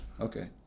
Okay